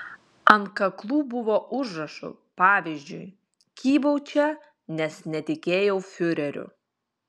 ant kaklų buvo užrašų pavyzdžiui kybau čia nes netikėjau fiureriu